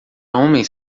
homens